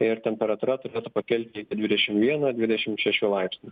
ir temperatūra turėtų pakilti iki dvidešim vieno dvidešim šešių laipsnių